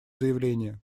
заявление